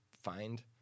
find